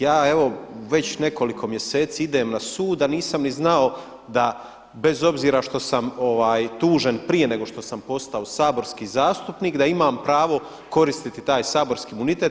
Ja evo već nekoliko mjeseci idem na sud, a nisam niti znao da bez obzira što sam tužen prije nego što sam posao saborski zastupnik da imam pravo koristiti taj saborski imunitet.